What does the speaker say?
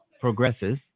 progresses